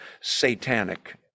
satanic